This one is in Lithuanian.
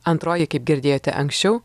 antroji kaip girdėjote anksčiau